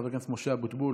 חבר הכנסת משה אבוטבול,